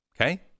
Okay